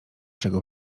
czego